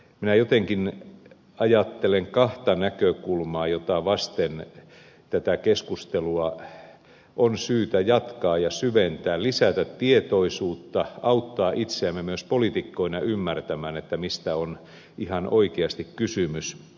minä jotenkin ajattelen kahta näkökulmaa joita vasten tätä keskustelua on syytä jatkaa ja syventää lisätä tietoisuutta auttaa itseämme myös poliitikkoina ymmärtämään mistä on ihan oikeasti kysymys